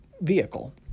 vehicle